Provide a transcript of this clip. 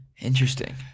Interesting